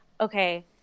okay